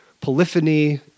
polyphony